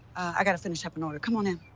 i gotta finish up an order. come on in.